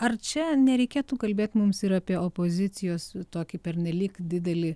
ar čia nereikėtų kalbėt mums ir apie opozicijos tokį pernelyg didelį